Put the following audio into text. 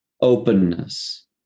openness